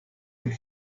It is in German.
von